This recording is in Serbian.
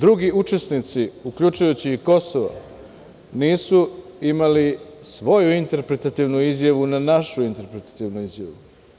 Drugi učesnici, uključujući i Kosovo, nisu imali svoju interpretativnu izjavu na našu interpretativnu izjavu.